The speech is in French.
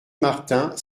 martin